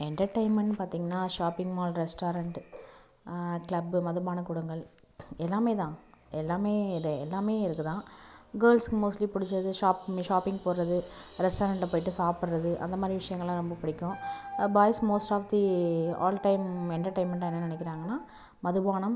எண்டர்டெயின்மெண்ட்னு பார்த்திங்கன்னா shopping mall restaurant club மதுபானக் கூடங்கள் எல்லாமே தான் எல்லாமே இது எல்லாமே இருக்கு தான் கேர்ள்ஸுக்கு மோஸ்ட்லி பிடிச்சது ஷாப்பிங் மி ஷாப்பிங் போறது ரெஸ்ட்டாரெண்ட்டில் போய்ட்டு சாப்பிட்றது அந்த மாதிரி விஷயங்கள்லாம் ரொம்ப பிடிக்கும் boys most of all time எண்டர்டெயின்மெண்ட்டா என்ன நெனைக்கிறாங்கன்னா மதுபானம்